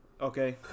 Okay